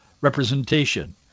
representation